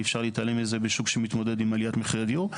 אי אפשר להתעלם מזה בשוק שמתמודד על עליית מחירי הדיור.